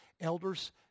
elders